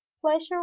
pleasure